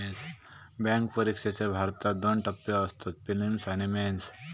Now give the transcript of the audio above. bank परिक्षेचे भारतात दोन टप्पे असतत, पिलिम्स आणि मेंस